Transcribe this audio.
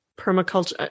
permaculture